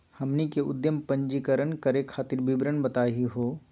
हमनी के उद्यम पंजीकरण करे खातीर विवरण बताही हो?